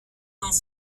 dans